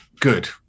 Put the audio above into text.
Good